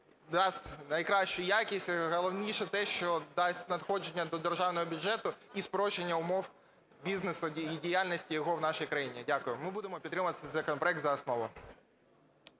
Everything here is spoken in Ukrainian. дасть найкращу якість, а головніше те, що дасть надходження до державного бюджету і спрощення умов бізнесу і діяльності його в нашій країні. Дякую. Ми будемо підтримувати цей законопроект за основу.